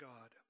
God